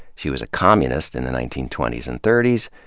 she was a communist in the nineteen twenty s and thirty s,